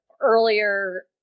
earlier